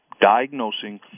diagnosing